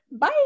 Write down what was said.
Bye